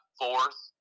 fourth